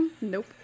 Nope